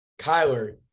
Kyler